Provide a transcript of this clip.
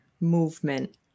movement